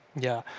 yeah,